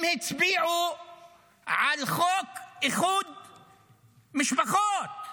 הם הצביעו על חוק איחוד משפחות.